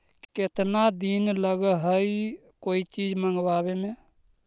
केतना दिन लगहइ कोई चीज मँगवावे में?